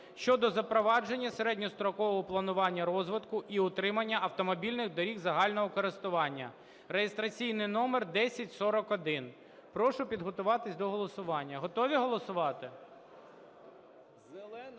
(щодо запровадження середньострокового планування розвитку і утримання автомобільних доріг загального користування, (реєстраційний номер 1041). Прошу підготуватись до голосування. Готові голосувати?